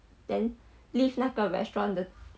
then leave 那个 restaurant 的